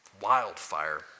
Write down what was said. wildfire